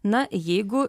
na jeigu